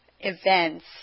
events